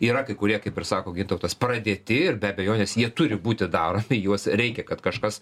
yra kai kurie kaip ir sako gintautas pradėti ir be abejonės jie turi būti daromi juos reikia kad kažkas